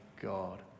God